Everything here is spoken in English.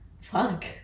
fuck